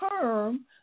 term